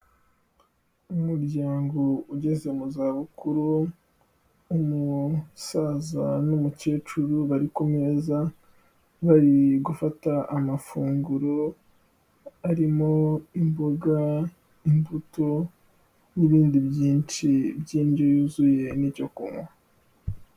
Umuryango ugeze mu za bukuru, umusaza n'umukecuru bari ku meza, bari gufata amafunguro arimo imboga, imbuto n'ibindi byinshi by'indyo yuzuye n'icyo kunywa.